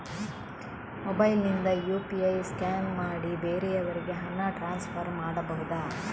Mobile ನಿಂದ UPI scan ಮಾಡಿ ಬೇರೆಯವರಿಗೆ ಹಣ ಟ್ರಾನ್ಸ್ಫರ್ ಮಾಡಬಹುದ?